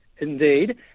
Indeed